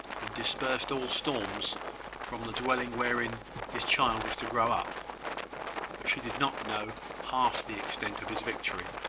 and dispersed all storms from the dwelling wherein his child was to grow up but she did not know half the extent of his victory,